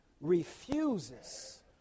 refuses